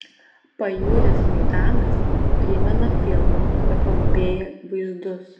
pajuodęs maidanas primena filmo apie pompėją vaizdus